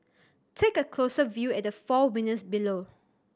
take a closer view at the four winners below